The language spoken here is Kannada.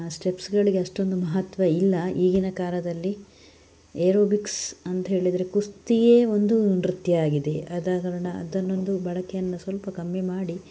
ಸ್ಟೆಪ್ಸ್ಗಳಿಗೆ ಅಷ್ಟೊಂದು ಮಹತ್ವ ಇಲ್ಲ ಈಗಿನ ಕಾಲದಲ್ಲಿ ಏರೋಬಿಕ್ಸ್ ಅಂತೇಳಿದರೆ ಕುಸ್ತಿಯೇ ಒಂದು ನೃತ್ಯ ಆಗಿದೆ ಆದ ಕಾರಣ ಅದನ್ನೊಂದು ಬಳಕೆಯನ್ನು ಸ್ವಲ್ಪ ಕಮ್ಮಿ ಮಾಡಿ